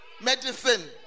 medicine